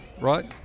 right